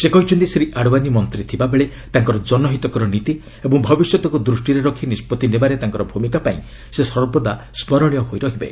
ସେ କହିଛନ୍ତି ଶ୍ରୀ ଆଡ଼୍ୱାନି ମନ୍ତ୍ରୀ ଥିଲାବେଳେ ତାଙ୍କର ଜନହିତକର ନୀତି ଓ ଭବିଷ୍ୟତ୍କୁ ଦୃଷ୍ଟିରେ ରଖି ନିଷ୍କଭି ନେବାରେ ତାଙ୍କର ଭୂମିକା ପାଇଁ ସେ ସର୍ବଦା ସ୍କରଣୀୟ ହୋଇ ରହିବେ